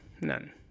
None